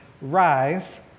rise